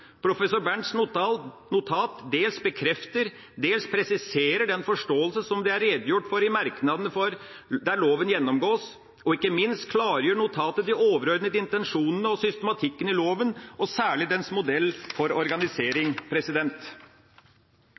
Professor Bernts notat dels bekrefter og dels presiserer den forståelse som det er redegjort for i merknadene der loven gjennomgås, og ikke minst klargjør notatet de overordnede intensjonene og systematikken i loven og særlig dens modell for organisering.